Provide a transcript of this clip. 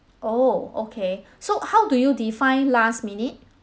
oh okay so how do you define last minute